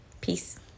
peace